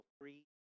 three